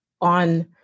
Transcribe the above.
on